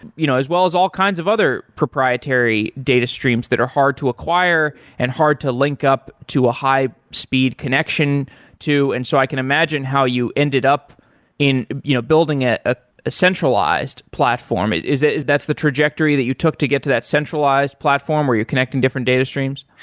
you know as well as all kinds of other proprietary data streams that are hard to acquire and hard to link up to a high speed connection too. and so i can imagine how you ended up in you know building a ah centralized platform. is is that the trajectory that you took to get to that centralized platform where you're connecting different data streams?